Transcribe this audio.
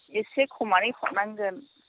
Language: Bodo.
एसे खमायनानै हरनांगोन